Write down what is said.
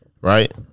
Right